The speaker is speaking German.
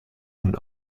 nun